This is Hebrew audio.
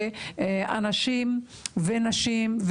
של אנשים ונשים,